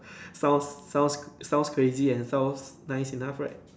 sounds sounds sounds crazy and sounds nice enough right